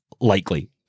likely